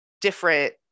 different